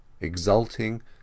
exulting